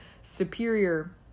superior